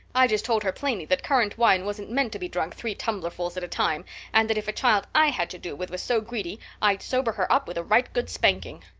i just told her plainly that currant wine wasn't meant to be drunk three tumblerfuls at a time and that if a child i had to do with was so greedy i'd sober her up with a right good spanking.